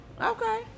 okay